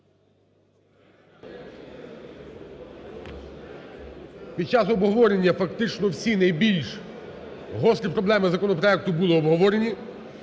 Під час обговорення фактично всі найбільш гострі проблеми законопроекту були обговоренні,